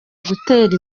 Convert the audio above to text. gutera